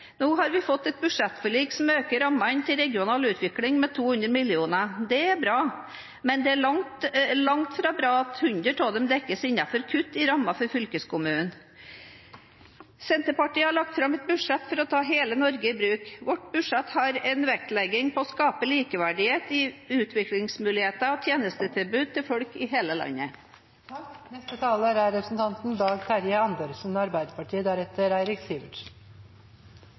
Nå har vi fått et budsjettforlik som øker rammene til regional utvikling med 200 mill. kr. Det er bra, men det er langt fra bra at 100 av dem dekkes innenfor kutt i rammen til fylkeskommunene. Senterpartiet har lagt fram et budsjett for å ta hele Norge i bruk. Vårt budsjett har en vektlegging på å skape likeverdighet i utviklingsmuligheter og tjenestetilbud til folk i hele landet.